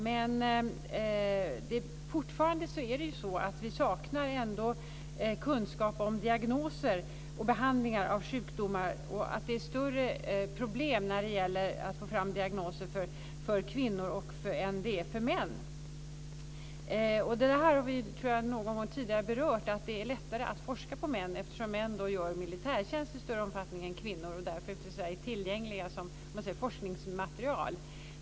Men fortfarande saknar vi kunskap om diagnoser och behandlingar av sjukdomar, och det är större problem att få fram diagnoser för kvinnor än för män. Jag tror att vi någon gång tidigare har berört att det är lättare att forska på män eftersom män gör militärtjänst i större omfattning än kvinnor och därför är mer tillgängliga som forskningsmaterial, så att säga.